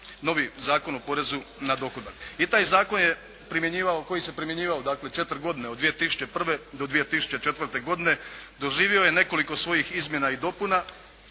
novi Zakon o porezu na dohodak. I taj zakon je primjenjivao, koji se primjenjivao dakle 4 godine od 2001. do 2004. godine doživio je nekoliko svojih izmjena i dopuna